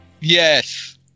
Yes